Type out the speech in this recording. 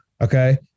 okay